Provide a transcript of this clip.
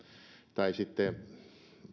tai sitten